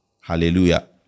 Hallelujah